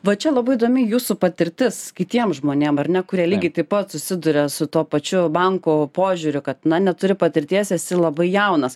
va čia labai įdomi jūsų patirtis kitiem žmonėm ar ne kurie lygiai taip pat susiduria su tuo pačiu bankų požiūriu kad na neturi patirties esi labai jaunas